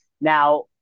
now